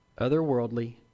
otherworldly